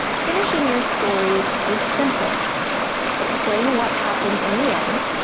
finishing your story is simple explain what happened in the end,